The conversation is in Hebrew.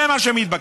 זה מה שמתבקש.